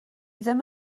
ddim